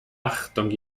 achtung